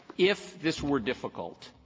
if this were difficult,